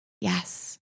yes